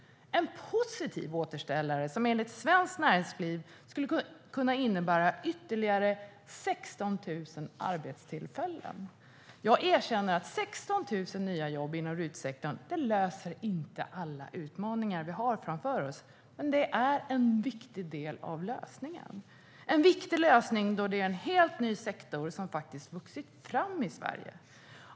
Det skulle vara en positiv återställare som enligt Svenskt Näringsliv skulle kunna innebära ytterligare 16 000 arbetstillfällen. Jag erkänner att 16 000 nya jobb inom RUT-sektorn inte löser alla utmaningar som vi har framför oss, men det är en viktig del av lösningen. Det är en viktig lösning då det är en helt ny sektor som faktiskt har vuxit fram i Sverige.